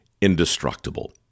indestructible